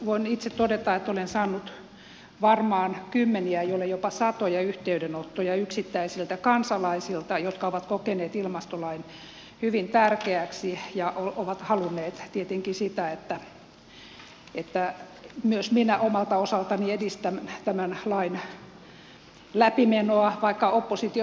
voin itse todeta että olen saanut varmaan kymmeniä jollen jopa satoja yhteydenottoja yksittäisiltä kansalaisilta jotka ovat kokeneet ilmastolain hyvin tärkeäksi ja ovat halunneet tietenkin sitä että myös minä omalta osaltani edistän tämän lain läpimenoa vaikka oppositiossa olenkin